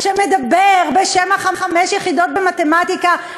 שמדבר בשם חמש יחידות במתמטיקה,